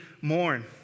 mourn